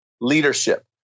leadership